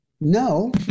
no